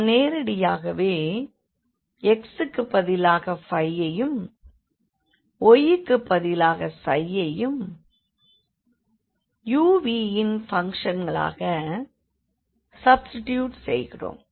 நாம் நேரடியாகவே x க்குப் பதிலாக ஐயும் yக்குப் பதிலாக ஐயும் u vயின் பங்க்ஷனாக சப்ஸ்டிடியூட் செய்கிறோம்